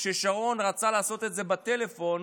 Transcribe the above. כששרון רצה לעשות את זה בטלפון